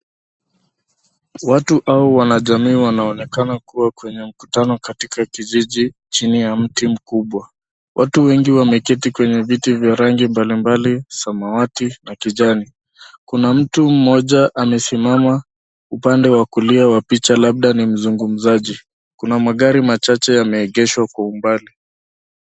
Watu au wanajamii wanaonekana kuwa kwenye mkutano katika kijiji chini ya mti mkubwa. Watu wengi wameketi kwenye viti vya rangi mbalimbali, samawati na kijani. Kuna mtu mmoja amesimama upande wa kulia wa picha labda ni mzungumzaji. Kuna magari machache yameegeshwa kwa umbali.